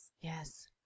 Yes